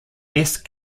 best